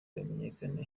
hamenyekane